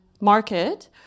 market